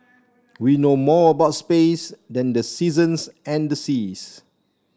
we know more about space than the seasons and the seas